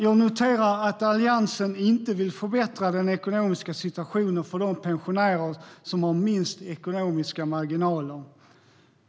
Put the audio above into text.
Jag noterar att Alliansen inte vill förbättra den ekonomiska situationen för de pensionärer som har minst ekonomiska marginaler.